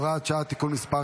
הוראת שעה) (תיקון מס'